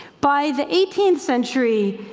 by the eighteenth century,